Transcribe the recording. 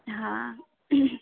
हां